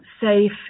safe